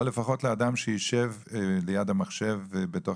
או לפחות לאדם שישב ליד המחשב בתוך